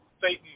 Satan